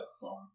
phone